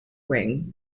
wing